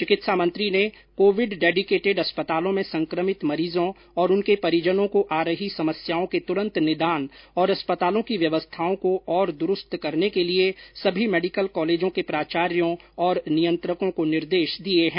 चिकित्सा मंत्री ने कोविड डेडिकेटेड अस्पतालों में संक्रमित मरीजों और उनके परिजनों को आ रही समस्याओं के तुरंत निदान और अस्पतालों की व्यवस्थाओं को और द्रुस्त करने के लिए सभी मेडिकल कॉलेजों के प्राचार्यों और नियंत्रकों को निर्देश दिए हैं